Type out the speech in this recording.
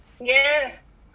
yes